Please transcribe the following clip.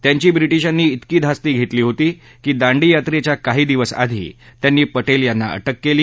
त्यांची ब्रिटिशांनी वेकी धास्ती घस्त्री होती की दांडी यात्रछ्या काही दिवस आधी त्यांनी पटक्तीयांना अटक कळी